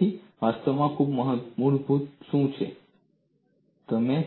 તેથી વાસ્તવમાં મૂળભૂત શું છે તમે